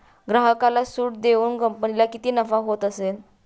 ग्राहकाला सूट देऊन कंपनीला किती नफा होत असेल